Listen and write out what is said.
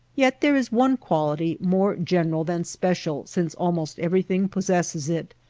yet there is one quality more general than special since almost everything possesses it,